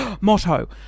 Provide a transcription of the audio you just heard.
motto